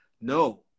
no